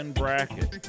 bracket